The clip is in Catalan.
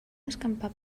escampar